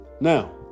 now